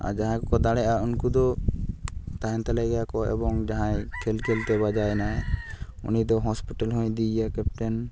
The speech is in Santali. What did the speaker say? ᱟᱨ ᱡᱟᱦᱟᱸᱭ ᱠᱚᱠᱚ ᱫᱟᱲᱮᱭᱟᱜᱼᱟ ᱩᱱᱠᱩ ᱫᱚ ᱛᱟᱦᱮᱱ ᱛᱟᱞᱮ ᱜᱮᱭᱟ ᱠᱚ ᱮᱵᱚᱝ ᱡᱟᱦᱟᱸᱭ ᱠᱷᱮᱞᱼᱠᱷᱮᱞᱛᱮ ᱵᱟᱡᱟᱣᱮᱱᱟᱭ ᱩᱱᱚ ᱫᱚ ᱦᱚᱥᱯᱤᱴᱟᱞ ᱦᱚᱸᱭ ᱤᱫᱤᱭ ᱭᱟ ᱠᱮᱯᱴᱮᱱ